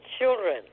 children